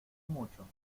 mucho